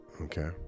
Okay